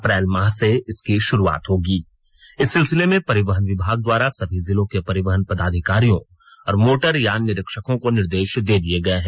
अप्रैल माह से इसकी शुरूआत होगी इस सिलसिले में परिवहन विभाग द्वारा सभी जिलों के परिवहन पदाधिकारियों और मोटरयान निरीक्षकों को निर्देश दे दिए गए हैं